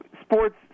sports